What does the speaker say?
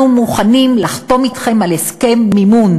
אנחנו מוכנים לחתום אתכם על הסכם מימון,